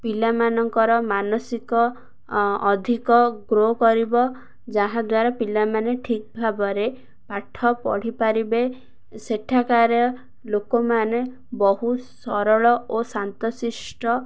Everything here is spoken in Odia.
ପିଲାମାନଙ୍କର ମାନସିକ ଅଧିକ ଗ୍ରୋ କରିବ ଯାହାଦ୍ୱାରା ପିଲାମାନେ ଠିକ୍ ଭାବରେ ପାଠ ପଢ଼ିପାରିବେ ସେଠାକାର ଲୋକମାନେ ବହୁ ସରଳ ଓ ଶାନ୍ତଶିଷ୍ଟ